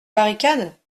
barricade